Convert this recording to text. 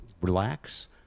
relax